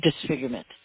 disfigurement